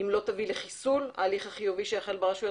אם לא תביא לחיסול ההליך החיובי שהחל ברשויות